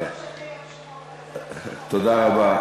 יום שחור, תודה רבה.